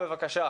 בבקשה.